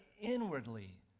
inwardly